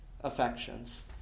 affections